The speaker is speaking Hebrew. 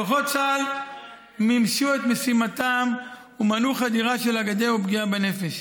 כוחות צה"ל מימשו את משימתם ומנעו חדירה לגדר ופגיעה בנפש.